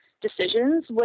decisions